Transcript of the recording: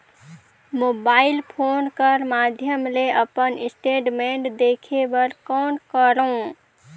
Mobile phone कर माध्यम ले अपन स्टेटमेंट देखे बर कौन करों?